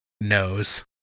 knows